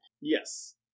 Yes